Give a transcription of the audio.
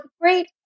great